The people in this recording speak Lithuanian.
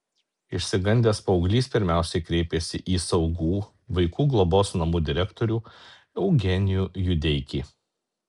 išsigandęs paauglys pirmiausiai kreipėsi į saugų vaikų globos namų direktorių eugenijų judeikį